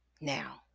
now